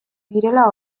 direla